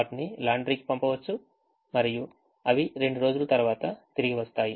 వాటిని లాండ్రీకి పంపవచ్చు మరియు అవి రెండు రోజుల తర్వాత తిరిగి వస్తాయి